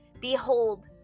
Behold